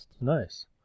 nice